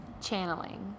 Channeling